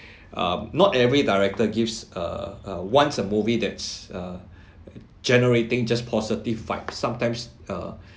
um not every director gives a uh wants a movie that's uh generating just positive vibes sometimes uh